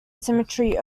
symmetry